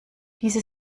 diese